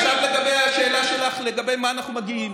עכשיו, לגבי השאלה שלך למה אנחנו מגיעים,